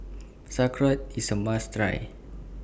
Sauerkraut IS A must Try